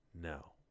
No